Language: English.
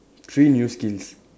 three new skills